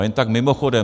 A jen tak mimochodem.